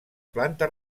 planta